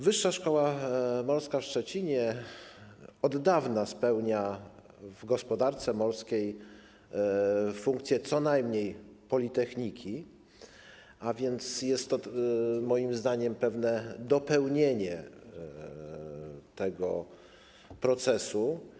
Wyższa szkoła morska w Szczecinie od dawna spełnia w gospodarce morskiej funkcję co najmniej politechniki, więc moim zdaniem jest to pewne dopełnienie tego procesu.